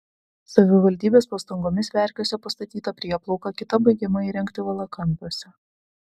savivaldybės pastangomis verkiuose pastatyta prieplauka kita baigiama įrengti valakampiuose